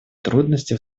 трудности